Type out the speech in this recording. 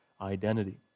identity